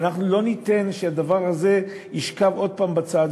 אבל אנחנו לא ניתן שהדבר זה ישכב עוד הפעם בצד,